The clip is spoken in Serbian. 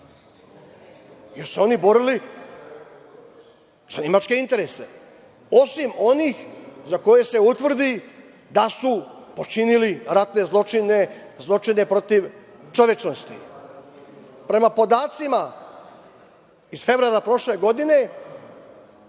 su se oni borili za nemačke interese, osim onih za koje se utvrdi da su počinili ratne zločine, zločine protiv čovečnosti. Prema podacima iz februara prošle godine,